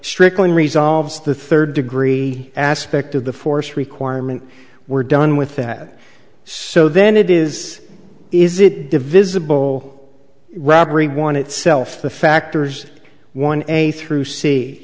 stricklin resolves the third degree aspect of the force requirement we're done with that so then it is is it divisible robbery want it self the factors one a through c